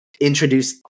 introduce